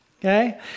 okay